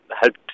helped